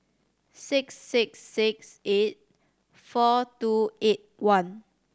six six six eight four two eight one